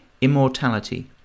immortality